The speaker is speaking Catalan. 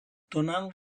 donant